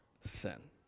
sin